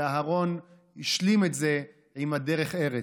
ואהרן השלים את זה עם דרך ארץ.